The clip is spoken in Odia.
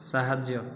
ସାହାଯ୍ୟ